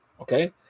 okay